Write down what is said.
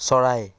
চৰাই